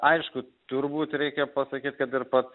aišku turbūt reikia pasakyt kad ir pats